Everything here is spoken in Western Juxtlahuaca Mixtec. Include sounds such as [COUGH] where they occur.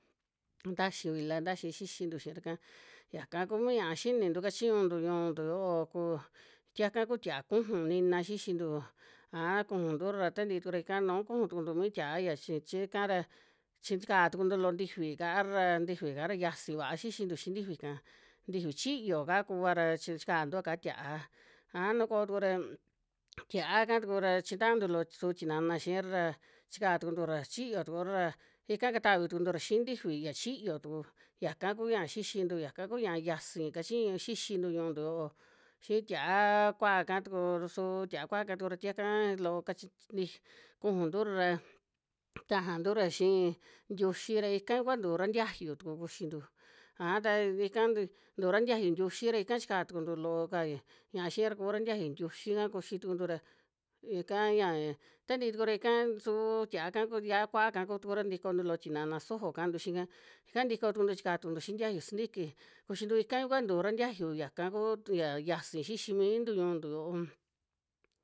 Ntaxi vila ntaxi xixintu xiira'ka. Yaka kuu mi ña'a xinintu kachiñuntu ñu'untu yoo, ku tiaka ku tia'a kuju nina xixintu, aa kuntura ra tantii tuku ra ika nu kuju tuku mi tia'a ya chi chikara, chi chikaa tukuntu loo ntifi kaara ra, ntifika ra yiasi vaa xixintu xii ntifi'ka, ntifi chiyoo ka kuva ra chikantua kaa tia'a, aja nu koo tuku ra [NOISE] tia'aka tuku ra chitantu loo su tinana xiira ra chikaa tukuntura chiyo tukura ra ika katavi tukuntura xii ntifi ya chiyo tuku, yaka ku ña'a xixintu, yaka ku ña'a yiasi kachiñu [UNINTELLIGIBLE] xixintu ñu'untu yoo xi tiaaa kua'aka tuku rsu, tia'a kua'aka tuku tiaka loo kachch ntij [UNINTELLIGIBLE] kujuntura ra tajantura xii ntiuxi ra ika kua ntura ntiayu tuku kuxintu, aja ta ika ti ntura ntiayu ntiuxi ra ika chika tukuntu loo ka ñia'a xiira kura ntiayu ntiuxi'ka kuxi tukuntu ra, ika ña ta ntii tuku ra ika su tia'aka ku yia'a kua'aka kuu tukura ntikontu loo tinana sojo ka'antu xii'ka, ika ntuko tukuntu chika tukuntu xii ntiayu sintiki kuxintu, ikai kua ntura ntiayu ya ku tuya yiasi xixi miintu ñu'untu yoo.